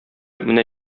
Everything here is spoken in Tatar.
менә